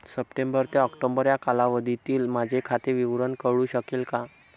September ते October या कालावधीतील माझे खाते विवरण कळू शकेल का?